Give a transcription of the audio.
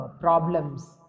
problems